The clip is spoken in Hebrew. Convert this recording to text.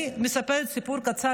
אני אספר סיפור קצר: